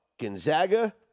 Gonzaga